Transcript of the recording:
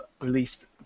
released